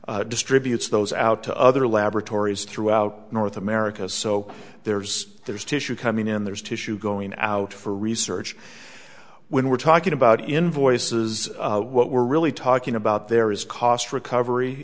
then distributes those out to other laboratories throughout north america so there's there's tissue coming in there's tissue going out for research when we're talking about invoices what we're really talking about there is cost recovery